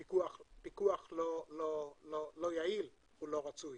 פיקוח לא יעיל הוא לא רצוי,